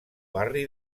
barri